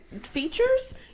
features